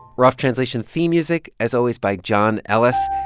rough translation theme music as always by john ellis.